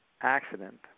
accident